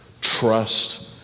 Trust